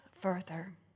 further